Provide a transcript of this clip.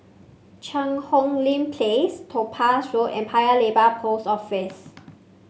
Cheang Hong Lim Place Topaz Road and Paya Lebar Post Office